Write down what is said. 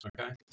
okay